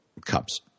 cups